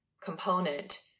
component